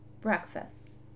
Breakfast